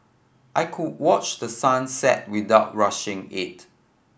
I could watch the sun set without rushing it